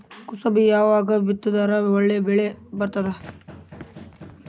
ಕುಸಬಿ ಯಾವಾಗ ಬಿತ್ತಿದರ ಒಳ್ಳೆ ಬೆಲೆ ಬರತದ?